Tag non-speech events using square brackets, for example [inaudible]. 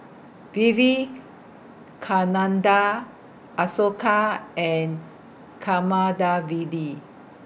Vivekananda Ashoka and [unintelligible]